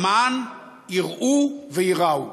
למען יראו וייראו.